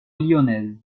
lyonnaise